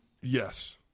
Yes